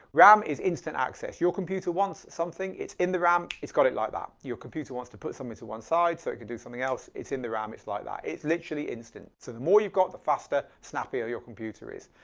ram is instant access, your computer wants something, it's in the ram, it's got it like that, your computer wants to put something to one side so it can do something else, it's in the ram, it's like that. it's literally instant so the more you've got the faster, snappier your computer is.